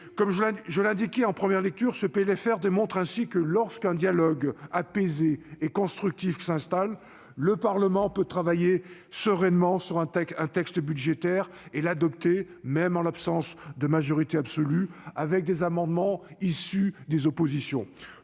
Comme je l'indiquais en première lecture, ce PLFR démontre ainsi que, lorsqu'un dialogue apaisé et constructif s'installe, le Parlement peut travailler sereinement sur un texte budgétaire et l'adopter, même en l'absence de majorité absolue, avec des amendements issus des oppositions.